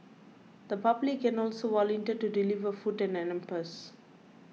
the public can also volunteer to deliver food hampers